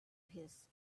his